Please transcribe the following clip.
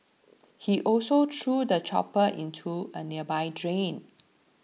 he also threw the chopper into a nearby drain